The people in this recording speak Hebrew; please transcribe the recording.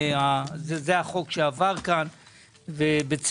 זה החוק שעבר כאן ובצדק.